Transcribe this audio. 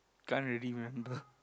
can't really remember